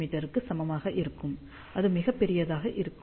me க்கு சமமாக இருக்கும் அது மிக பெரியதாக இருக்கும்